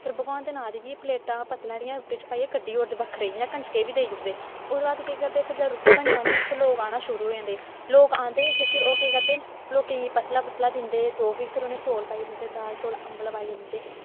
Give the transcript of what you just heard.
फिर भगवान दे नांऽ दी बी प्लेटां पत्तलां जेह्ड़ियां रुट्टी च पाइयै कड्डी ओड़दे बक्खरे इ'यां कंजकें गी बी देई ओड़दे ओह्दे बाद केह् करदे फिर जेल्लै रुट्टी बनी जंदी फिर लोग आना शुरू होई जंदे लोक आंदे ते फिर ओह् केह् करदे लोकें गी पत्तलां पुत्तलां दिंदे जो बी फिर उ'नेंगी चौल पाई दिंदे दाल चौल अम्बल पाइयै दिंदे